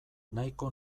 nahiko